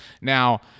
Now